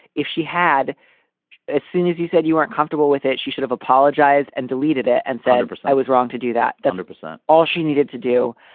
if she had as soon as you said you aren't comfortable with it, she should have apologized and deleted it and said i was wrong to do that. that's all she needed to do.